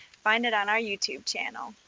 find it on our youtube channel.